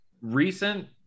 recent